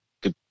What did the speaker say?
good